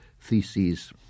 theses